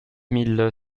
mille